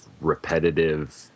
repetitive